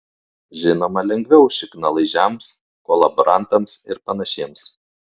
žinoma lengviau šiknalaižiams kolaborantams ir panašiems